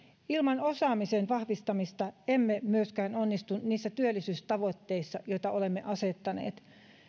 ilman osaamisen vahvistamista emme myöskään onnistu niissä työllisyystavoitteissa joita olemme asettaneet